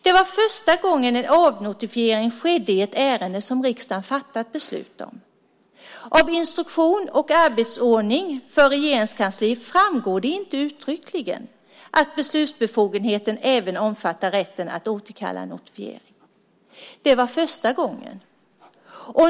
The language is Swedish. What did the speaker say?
Det var första gången en avnotifiering skedde i ett ärende som riksdagen fattat beslut om. Av instruktion och arbetsordning för Regeringskansliet framgår det inte uttryckligen att beslutsbefogenheten även omfattar rätten att återkalla en notifiering. Det var första gången.